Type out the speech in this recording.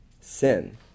sin